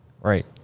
right